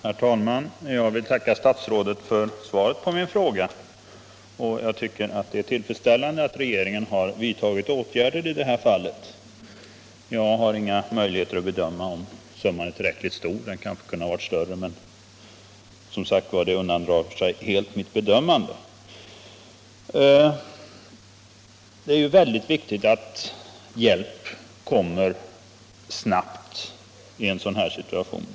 Herr talman! Jag vill tacka statsrådet för svaret på min fråga. Jag tycker att det är tillfredsställande att regeringen vidtagit åtgärder i detta fall. Om summan äär tillräckligt stor har jag inga möjligheter att bedöma. Den kanske kunde ha varit större, men det undandrar sig, som sagt, helt mitt bedömande. Det är väldigt viktigt att hjälp kommer snabbt i en sådan här situation.